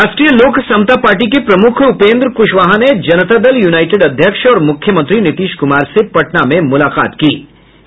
राष्ट्रीय लोक समता पार्टी के प्रमुख उपेन्द्र कुशवाहा ने जनता दल यूनाईटेड अध्यक्ष और मुख्यमंत्री नीतीश कुमार से पटना में मुलाकात की है